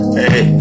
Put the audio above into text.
hey